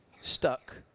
stuck